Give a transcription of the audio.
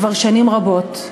כבר שנים רבות.